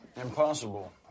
Impossible